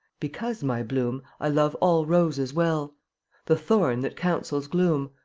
because, my bloom, i love all roses well the thorn that counsels gloom,